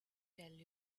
tell